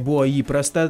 buvo įprasta